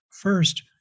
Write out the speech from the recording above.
First